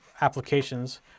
applications